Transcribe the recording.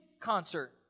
concert